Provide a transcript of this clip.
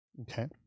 Okay